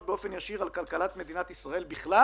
באופן ישיר על כלכלת מדינת ישראל בכלל,